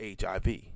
HIV